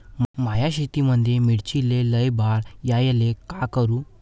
माया शेतामंदी मिर्चीले लई बार यायले का करू?